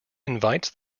invites